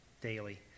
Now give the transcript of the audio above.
daily